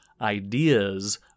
Ideas